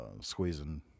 Squeezing